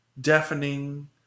deafening